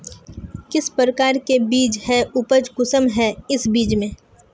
किस प्रकार के बीज है उपज कुंसम है इस बीज में?